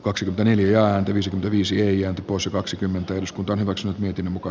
kaksi neljä viisi viisi ja osa kaksikymmentä iskut olivat syyt miten muka